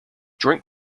drink